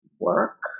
work